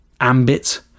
ambit